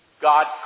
God